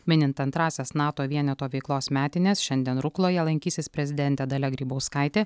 minint antrąsias nato vieneto veiklos metines šiandien rukloje lankysis prezidentė dalia grybauskaitė